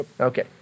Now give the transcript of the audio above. Okay